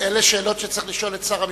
אלה שאלות שצריך לשאול את שר המשפטים,